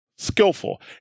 Skillful